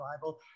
Bible